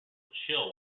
chill